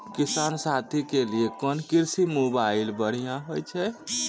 किसान साथी के लिए कोन कृषि मोबाइल बढ़िया होय छै?